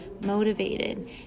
motivated